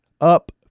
up